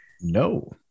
No